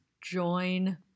join